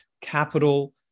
capital